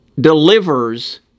delivers